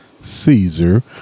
Caesar